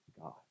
God